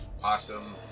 Possum